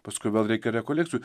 paskui vėl reikia rekolekcijų